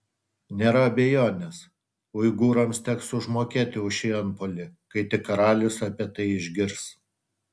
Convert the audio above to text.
nėra abejonės uigūrams teks užmokėti už šį antpuolį kai tik karalius apie tai išgirs